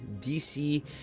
DC